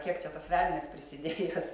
kiek čia tas velnias prisidėjęs